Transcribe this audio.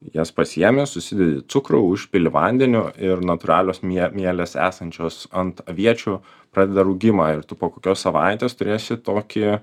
jas pasiėmi susidedi į cukrų užpili vandeniu ir natūralios mie mielės esančios ant aviečių pradeda rūgimą ir tu po kokios savaitės turėsi tokį